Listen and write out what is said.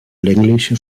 längliche